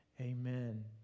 Amen